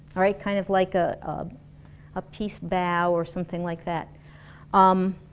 alright, kind of like a ah peace bow or something like that um